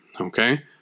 Okay